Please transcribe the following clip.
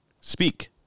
Speak